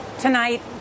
Tonight